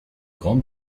grande